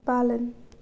पालन